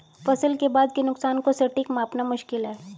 फसल के बाद के नुकसान को सटीक मापना मुश्किल है